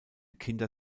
kinder